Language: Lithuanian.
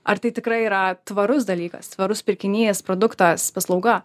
ar tai tikrai yra tvarus dalykas tvarus pirkinys produktas paslauga